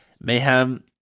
mayhem